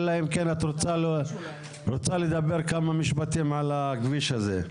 אלא אם כן את רוצה לדבר כמה משפטים על הכביש הזה.